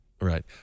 Right